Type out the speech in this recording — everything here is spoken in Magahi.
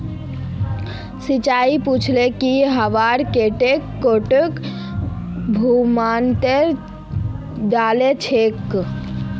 संचिता पूछले की वहार क्रेडिट कार्डेर भुगतानेर डेट की छेक